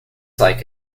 like